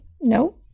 No